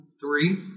three